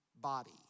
body